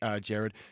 Jared